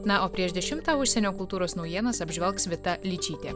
na o prieš dešimtą užsienio kultūros naujienas apžvelgs vita ličytė